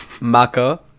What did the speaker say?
Maka